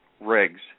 rigs